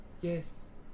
Yes